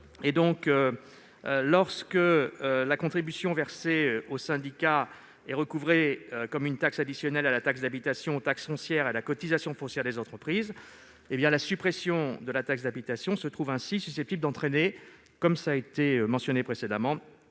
membres. Lorsque la contribution versée au syndicat est recouvrée comme une taxe additionnelle à la taxe d'habitation, aux taxes foncières et à la cotisation foncière des entreprises, la suppression de la taxe d'habitation se trouve susceptible d'entraîner, je le répète, un ressaut